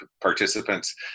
participants